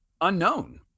unknown